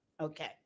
Okay